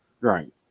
Right